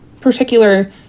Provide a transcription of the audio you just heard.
particular